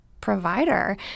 provider